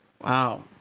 Wow